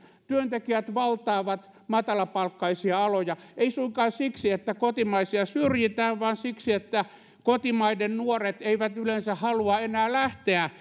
työntekijät valtaavat matalapalkkaisia aloja eivät suinkaan siksi että kotimaisia syrjitään vaan siksi että kotimaiden nuoret eivät yleensä halua enää lähteä